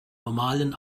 normalen